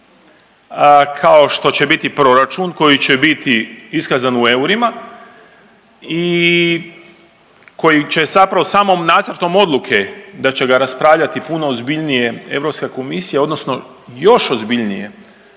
kao što će biti proračun koji će biti iskazan u eurima i koji će zapravo samom nacrtom odluke da će ga raspravljati puno ozbiljnije EU komisija odnosno još ozbiljnije